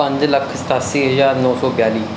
ਪੰਜ ਲੱਖ ਸਤਾਸੀ ਹਜ਼ਾਰ ਨੌ ਸੌ ਬਿਆਲੀ